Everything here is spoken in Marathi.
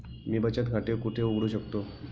मी बचत खाते कुठे उघडू शकतो?